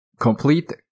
complete